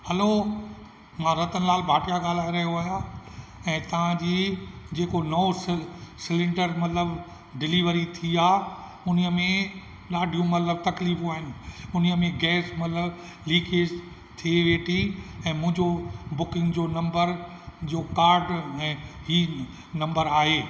hello मां रतन लाल भाटिया ॻाल्हाए रहियो आहियां ऐं तव्हांजी जेको नओं सि सिलेंडर मतिलबु डिलीवरी थी आ्हे उन में ॾाढियूं मतिलबु तकलीफ़ूं आहिनि उन में गैस मतिलबु लीकेज थिए हेठी ऐं मुंहिंजो बुकिंग जो नम्बर जो कार्ड ऐं ई नम्बर आहे